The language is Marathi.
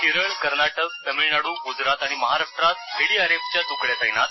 केरळ कर्नाटक तमिळनाडू गुजरात आणि महाराष्ट्रात एडीआरएफ च्या तुकड्या तैनात